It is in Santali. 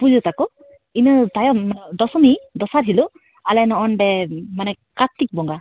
ᱯᱩᱡᱟᱹ ᱛᱟᱠᱚ ᱤᱱᱟᱹ ᱛᱟᱭᱚᱢ ᱫᱚᱥᱚᱢᱤ ᱫᱚᱥᱟᱨ ᱦᱤᱞᱳᱜ ᱟᱞᱮ ᱱᱚᱜᱼᱚᱱᱰᱮ ᱢᱟᱱᱮ ᱠᱟᱨᱛᱤᱠ ᱵᱚᱸᱜᱟ